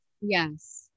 Yes